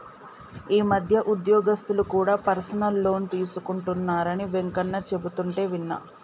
ఈ మధ్య ఉద్యోగస్తులు కూడా పర్సనల్ లోన్ తీసుకుంటున్నరని వెంకన్న చెబుతుంటే విన్నా